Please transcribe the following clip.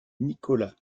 nicolas